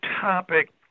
topic